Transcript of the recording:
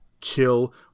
kill